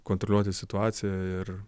kontroliuoti situaciją ir